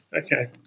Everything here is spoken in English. Okay